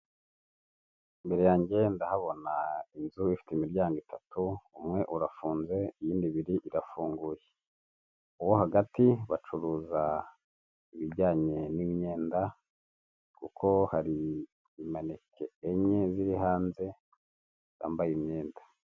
Imbere yanjye ndahabona inzu ifite imiryango itatu umwe urafunze iyindi ibiri irafunguye; uwo hagati bacuruza ibijyanye n'imyenda kuko hari imaneke enye ziri hanze zambaye imyenda.